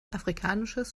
afrikanisches